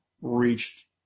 reached